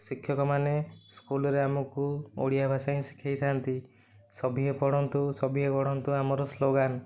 ଶିକ୍ଷକ ମାନେ ସ୍କୁଲରେ ଆମକୁ ଓଡ଼ିଆ ଭାଷା ହିଁ ଶିଖେଇଥାନ୍ତି ସଭିଏ ପଢ଼ନ୍ତୁ ସଭିଏ ବଢ଼ନ୍ତୁ ଆମର ସ୍ଲୋଗାନ